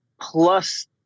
plus